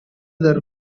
del